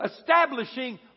establishing